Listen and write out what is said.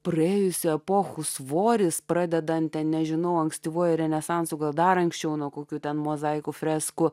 praėjusių epochų svoris pradedant nežinau ankstyvuoju renesanso gal dar anksčiau nuo kokių ten mozaikų freskų